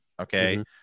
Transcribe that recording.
okay